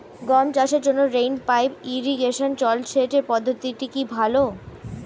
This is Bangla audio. গম চাষের জন্য রেইন পাইপ ইরিগেশন জলসেচ পদ্ধতিটি কি ভালো?